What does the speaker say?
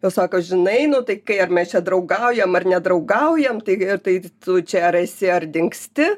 jos sako žinai nu tai kai ar mes čia draugaujam ar nedraugaujam taigi ar tai tu čia ar esi ar dingsti